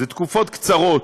הן קצרות.